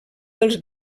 dels